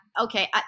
okay